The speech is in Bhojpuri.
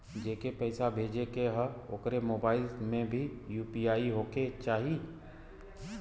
जेके पैसा भेजे के ह ओकरे मोबाइल मे भी यू.पी.आई होखे के चाही?